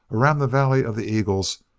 around the valley of the eagles,